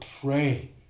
pray